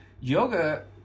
yoga